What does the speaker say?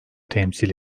temsil